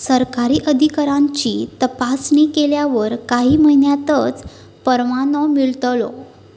सरकारी अधिकाऱ्यांची तपासणी केल्यावर काही महिन्यांतच परवानो मिळतलो